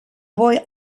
boy